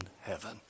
heaven